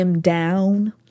down